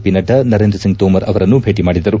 P Nadda Narendra Singh Tomar ಅವರನ್ನು ಭೇಟಿ ಮಾಡಿದರು